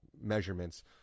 measurements